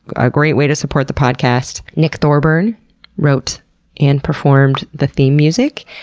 a great way to support the podcast. nick thorburn wrote and performed the theme music.